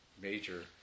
major